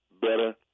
better